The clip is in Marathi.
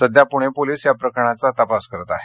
सध्या पूणे पोलीस या प्रकरणाचा तपास करत आहेत